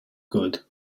good